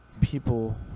people